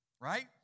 right